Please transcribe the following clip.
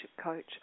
coach